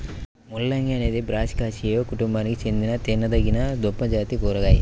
ముల్లంగి అనేది బ్రాసికాసియే కుటుంబానికి చెందిన తినదగిన దుంపజాతి కూరగాయ